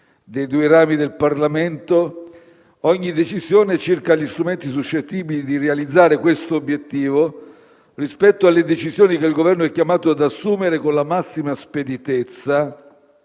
dei due rami del Parlamento ogni decisione circa gli strumenti suscettibili di realizzare quest'obiettivo rispetto alle decisioni che il Governo è chiamato ad assumere con la massima speditezza